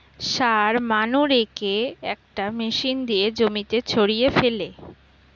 সার মানুরেকে একটা মেশিন দিয়ে জমিতে ছড়িয়ে ফেলে